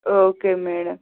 okay madam